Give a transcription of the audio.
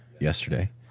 yesterday